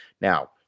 Now